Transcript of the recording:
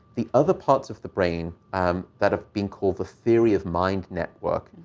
the other parts of the brain um that have been called the theory-of-mind network,